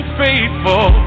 faithful